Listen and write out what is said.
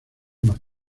más